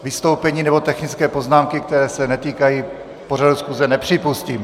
Vystoupení nebo technické poznámky, které se netýkají pořadu schůze, nepřipustím.